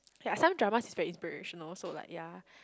there are some drama is very inspirational so like ya